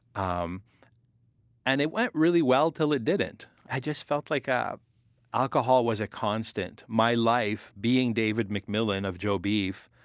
um and, it went really well until it didn't i felt like ah alcohol was a constant. my life, being david mcmillan of joe beef,